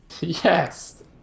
Yes